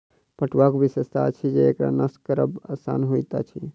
पटुआक विशेषता अछि जे एकरा नष्ट करब आसान होइत अछि